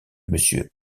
monsieur